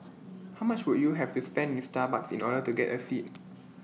how much would you have to spend in Starbucks in order to get A seat